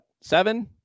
Seven